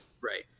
right